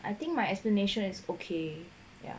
I think my explanation is okay ya